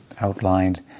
Outlined